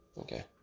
Okay